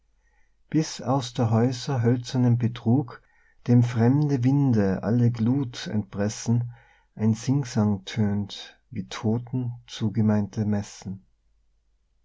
bis aus der häuser hölzernem betrug dem fremde winde alle glut entpressen ein singsang tönt wie toten zugemeinte messen